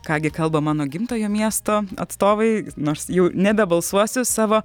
ką gi kalba mano gimtojo miesto atstovai nors jau nebebalsuosiu savo